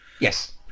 yes